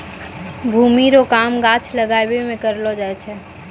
भूमि रो काम गाछ लागाबै मे करलो जाय छै